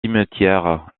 cimetière